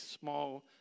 small